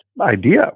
idea